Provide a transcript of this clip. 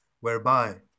whereby